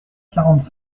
quarante